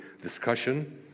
discussion